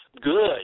Good